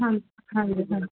ਹਾਂਜੀ ਹਾਂਜੀ ਹਾਂਜੀ